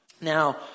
Now